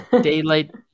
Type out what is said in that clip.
daylight